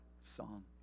song